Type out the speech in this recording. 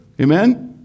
Amen